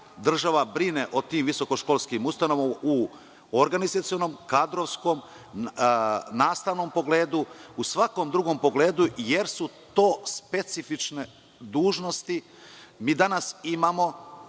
država brine o tim visokoškolskim ustanovama u organizacionom, kadrovskom, nastavnom i u svakom drugom pogledu, jer su to specifične dužnosti. Mi danas imamo